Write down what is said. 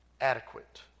adequate